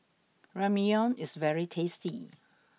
Ramyeon is very tasty